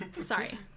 sorry